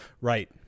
Right